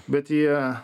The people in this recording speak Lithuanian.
bet jie